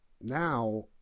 now